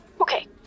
Okay